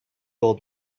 old